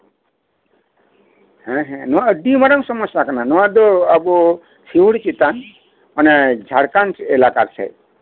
ᱦᱮᱸ ᱦᱮᱸ ᱱᱚᱶᱟ ᱫᱚ ᱟᱹᱰᱤ ᱢᱟᱨᱟᱝ ᱥᱚᱢᱚᱥᱥᱟ ᱠᱟᱱᱟ ᱱᱚᱶᱟ ᱫᱚ ᱟᱵᱚ ᱥᱤᱣᱩᱲᱤ ᱪᱮᱛᱟᱱ ᱚᱱᱮ ᱡᱷᱟᱲᱠᱷᱚᱱᱰ ᱮᱞᱟᱠᱟ ᱥᱮᱫ